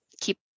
keep